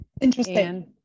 Interesting